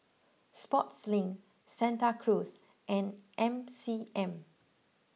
Sportslink Santa Cruz and M C M